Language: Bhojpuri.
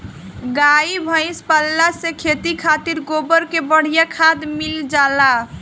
गाई भइस पलला से खेती खातिर गोबर के बढ़िया खाद मिल जाला